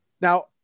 Now